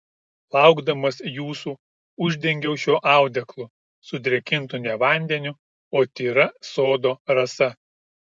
laukdamas jūsų uždengiau šiuo audeklu sudrėkintu ne vandeniu o tyra sodo rasa